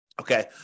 Okay